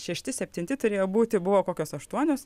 šešti septinti turėjo būti buvo kokios aštuonios